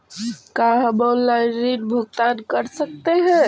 का हम आनलाइन ऋण भुगतान कर सकते हैं?